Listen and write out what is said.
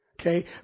Okay